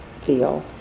feel